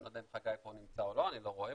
אני לא יודע אם חגי נמצא פה או לא, אני לא רואה,